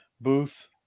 booth